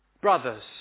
Brothers